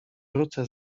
wrócę